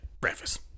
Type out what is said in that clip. breakfast